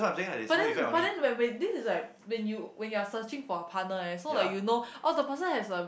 but then but then when when this is like when you when you're searching for a partner eh so like you know oh the person has a